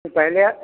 तो पहले आप